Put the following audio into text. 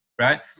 right